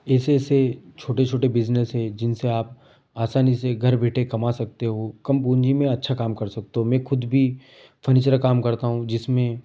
ऐसे ऐसे छोटे छोटे बिजनेस हैं जिनसे आप आसानी से घर बैठे कमा सकते हो कम पूँजी में अच्छा काम कर सकते हो मैं खुद भी फर्नीचर का काम करता हूँ जिसमें